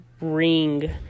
ring